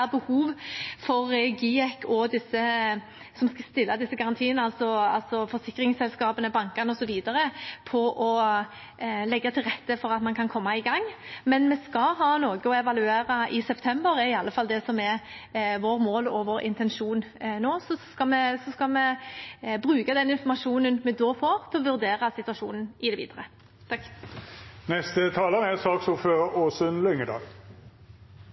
behov for GIEK og de som skal stille disse garantiene, altså forsikringsselskapene, bankene osv., for å legge til rette for at man kan komme i gang, men vi skal ha noe å evaluere i september. Det er i alle fall det som er vårt mål og vår intensjon nå. Og så skal vi bruke den informasjonen vi da får, til å vurdere situasjonen videre. Det